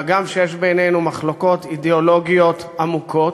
והגם שיש בינינו מחלוקות אידיאולוגיות עמוקות,